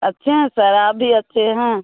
अच्छे हैं सर आप भी अच्छे हैं